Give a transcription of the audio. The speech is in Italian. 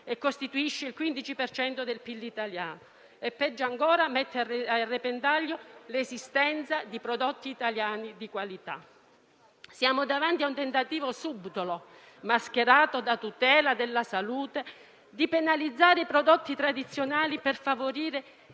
e costituisce il 15 per cento del PIL italiano e - peggio ancora - l'esistenza di prodotti italiani di qualità. Siamo davanti a un tentativo subdolo, mascherato da tutela della salute, di penalizzare i prodotti tradizionali per favorire